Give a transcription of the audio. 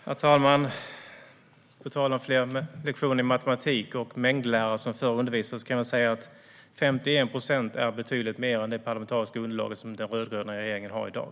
Herr talman! På tal om fler lektioner i matematik och mängdlära kan jag säga att 51 procent är betydligt mer än det parlamentariska underlag som den rödgröna regeringen har i dag.